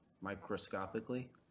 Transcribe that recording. microscopically